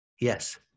Yes